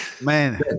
man